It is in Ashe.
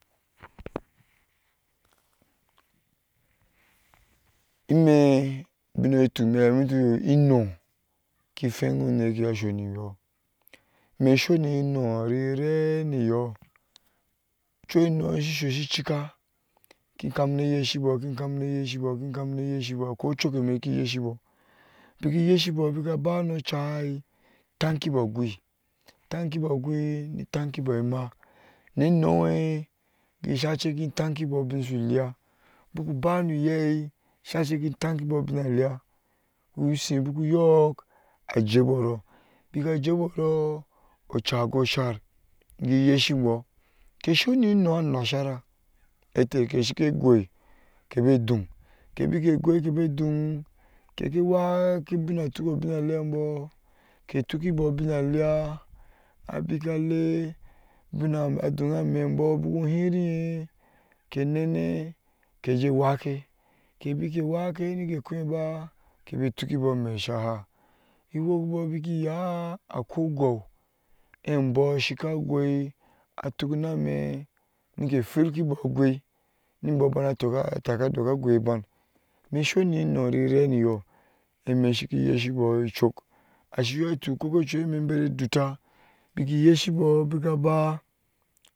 ime, binye tuk meha miti ki hwenyi unekeye sha soniyo, mesonin no rireniyo ameshiso shi cikka, kin kamine yeshibɔ kin kamine yeshibo kin kamine yeshibɔ, akoi ocukkenme kin sheshibɔ biki yeshibo bikaba no cai tankibɔ agoi, tankibo agoi ni tankibo bninsu leya bukuba noyai sake gen tankibo binaleya ushi bukuyyok ajebo ro kesoni no ansashara ete ke shike goi kebe dun kebi ke goi kebe don keke wake binna tukko bina leyambɔ ke tukubo tinnaleya abikale inna donha mebɔ buku hiriye ke nene keje wake keki bike wake nike koba ikebe tukkibo anbɔ shika goi atuk namaa, mike firkibɔ agwe nibɔ taka daka goiban mesoni no rireniyo emme shyikin yeshebi cuk ashiyo tuk kogo ocume shi bere dotta bikin yeshibo bikaba